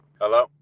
Hello